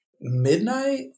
midnight